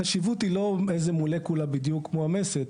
החשיבות היא לא איזה מולקולה בדיוק מועמסת.